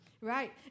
right